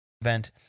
Event